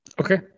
Okay